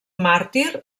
màrtir